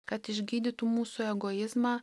kad išgydytų mūsų egoizmą